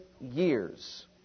years